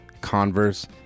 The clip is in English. Converse